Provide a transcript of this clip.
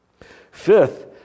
Fifth